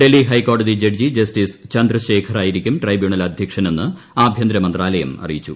ഡൽഹി ഹൈക്കോടതി judge justice ചന്ദർശേഖറായിരിക്കും tribunal അധ്യക്ഷനെന്ന് ആഭ്യന്തരമന്ത്രാലയം അറിയിച്ചു